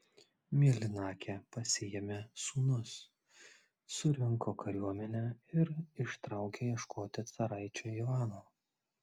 mėlynakė pasiėmė sūnus surinko kariuomenę ir ištraukė ieškoti caraičio ivano